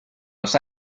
los